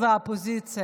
ובוועדה